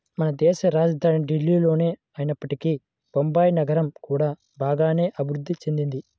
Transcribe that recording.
మనదేశ రాజధాని ఢిల్లీనే అయినప్పటికీ బొంబాయి నగరం కూడా బాగానే అభిరుద్ధి చెందింది